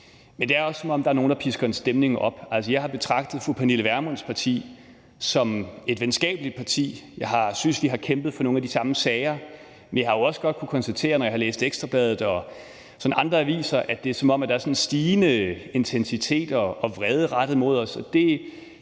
Men det er også, som om der er nogle, der pisker en stemning op. Altså, jeg har betragtet fru Pernille Vermunds parti som et venskabeligt parti. Jeg har syntes, at vi har kæmpet for nogle af de samme sager, men jeg har jo også godt kunnet konstatere, når jeg har læst Ekstra Bladet og andre aviser, at det er, som om der er en stigende intensitet og vrede rettet mod os,